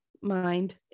mind